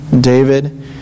David